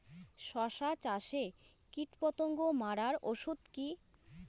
শসা চাষে কীটপতঙ্গ মারার ওষুধ কি?